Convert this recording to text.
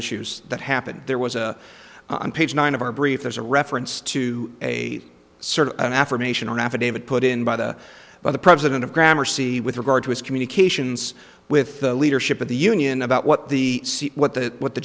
issues that happened there was a on page nine of our brief there's a reference to a sort of an affirmation an affidavit put in by the by the president of grammar c with regard to his communications with the leadership of the union about what the seat what the what the